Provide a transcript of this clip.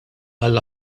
għall